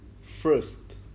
first